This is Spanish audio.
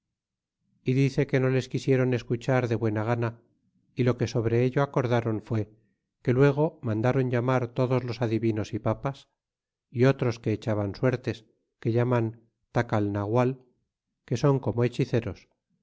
y dice que no les quisiéron escuchar de buena gana y lo que sobre ello acordron fué que luego mandáron llamar todos los adivinos y papas y otros que echaban suertes que llaman tacalnagual que son como hechizeros